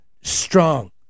strong